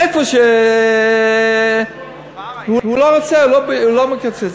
איפה שהוא לא רוצה, הוא לא מקצץ.